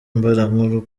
mbarankuru